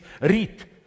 read